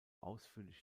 ausführlich